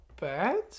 bad